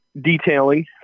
detailing